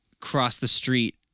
cross-the-street